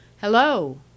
Hello